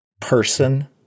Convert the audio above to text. person